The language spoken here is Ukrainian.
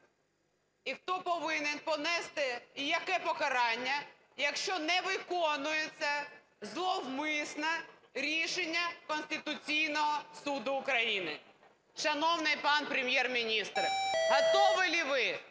і хто повинен понести, і яке покарання, якщо не виконується зловмисно рішення Конституційного Суду України? Шановний пан Прем’єр-міністр, готовы ли вы